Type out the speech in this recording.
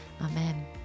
Amen